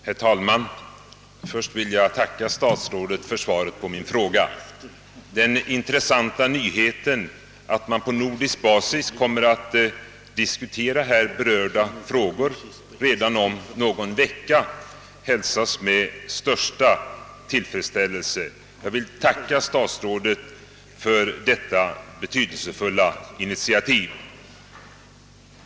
Herr talman! Först vill jag tacka statsrådet för svaret på min fråga. Den intressanta nyheten att dessa frågor redan om någon vecka kommer att diskuteras på nordisk basis hälsar jag med största tillfredsställelse, och jag vill tacka statsrådet för detta betydelsefulla initiativ.